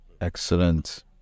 Excellent